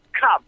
come